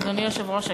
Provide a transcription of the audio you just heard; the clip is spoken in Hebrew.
אדוני היושב-ראש,